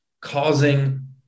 causing